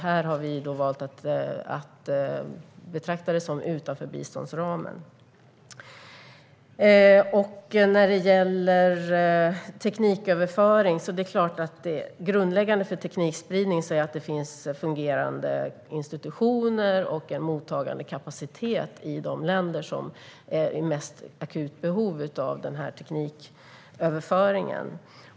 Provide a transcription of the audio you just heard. Här har vi valt att betrakta det som medel utanför biståndsramen. När det gäller tekniköverföring är det grundläggande för teknikspridning att det finns fungerande institutioner och en mottagningskapacitet i de länder som är i mest akut behov av detta.